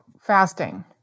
fasting